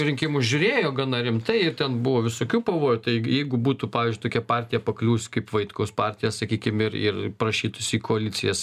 rinkimus žiūrėjo gana rimtai ir ten buvo visokių pavojų taigi jeigu būtų pavyzdžiui tokia partija pakliuvus kaip vaitkaus partija sakykim ir ir prašytųsi į koalicijas